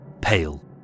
Pale